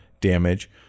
damage